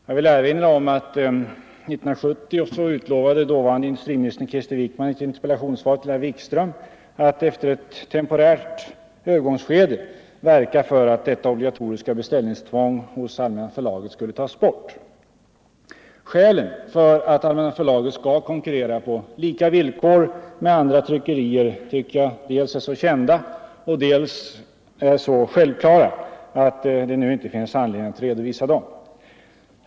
Jag vill dock erinra om att 1970 lovade dåvarande industriministern Krister Wickman i ett interpellationssvar till herr Wikström att efter ett övergångsskede verka för att detta beställningstvång hos Allmänna förlaget skulle tas bort. Skälen till att Allmänna förlaget skall konkurrera på lika villkor med andra tryckerier tycker jag är dels så kända, dels så självklara att det nu inte finns anledning att redovisa dem.